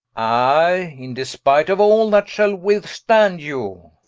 i, in despight of all that shall withstand you